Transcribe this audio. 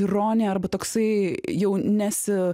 ironija arba toksai jau nesi